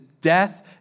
death